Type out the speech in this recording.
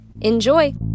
Enjoy